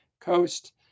coast